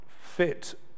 fit